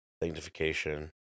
sanctification